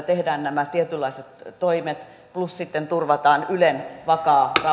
tehdään nämä tietynlaiset toimet plus sitten turvataan ylen vakaa